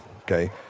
okay